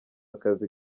akazi